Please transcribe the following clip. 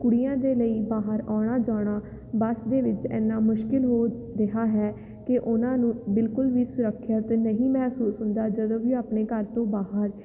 ਕੁੜੀਆਂ ਦੇ ਲਈ ਬਾਹਰ ਆਉਣਾ ਜਾਣਾ ਬੱਸ ਦੇ ਵਿੱਚ ਐਨਾ ਮੁਸ਼ਕਲ ਹੋ ਰਿਹਾ ਹੈ ਕਿ ਉਹਨਾਂ ਨੂੰ ਬਿਲਕੁਲ ਵੀ ਸੁਰੱਖਿਅਤ ਨਹੀਂ ਮਹਿਸੂਸ ਹੁੰਦਾ ਜਦੋਂ ਵੀ ਆਪਣੇ ਘਰ ਤੋਂ ਬਾਹਰ